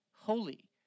holy